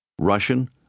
Russian